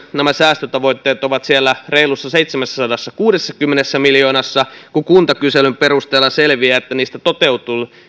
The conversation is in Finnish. säästötavoitteet ovat siellä reilussa seitsemässäsadassakuudessakymmenessä miljoonassa kun kuntakyselyn perusteella selviää että niistä